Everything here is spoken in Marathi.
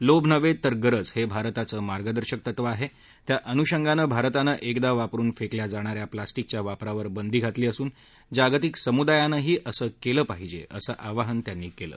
लोभ नव्हे तर गरज हे भारताचं मार्गदर्शक तत्व आहे त्या अनुषंगानं भारतानं एकदा वापरून फेकल्या जाणाऱ्या प्लॉस्टिकच्या वापरावर बंदी घातली असून जागतिक समुदायानंही असं केलं पाहिजे असं आवाहन त्यांनी केलं